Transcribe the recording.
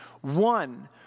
One